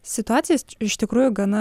situacija iš tikrųjų gana